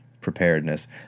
preparedness